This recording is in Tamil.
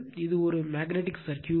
இது ஒரு மேக்னட்டிக் சர்க்யூட்